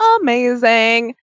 amazing